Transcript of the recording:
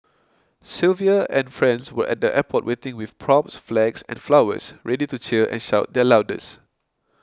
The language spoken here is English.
Sylvia and friends were at the airport waiting with props flags and flowers ready to cheer and shout their loudest